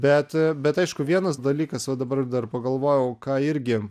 bet bet aišku vienas dalykas va dabar dar pagalvojau ką irgi